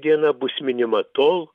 diena bus minima tol